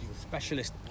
Specialist